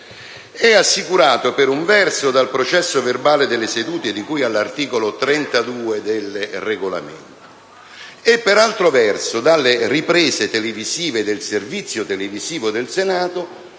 sia assicurata per un verso dal processo verbale delle sedute, di cui all'articolo 32 del Regolamento, e per altro verso dalle riprese del servizio televisivo del Senato